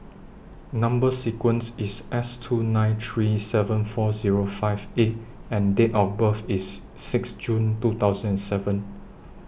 Number sequence IS S two nine three seven four Zero five A and Date of birth IS six June two thousand and seven